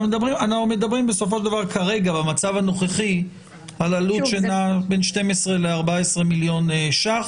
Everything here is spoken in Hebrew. אנחנו מדברים במצב הנוכחי על עלות שנעה בין 12 ל-14 מיליון שקלים.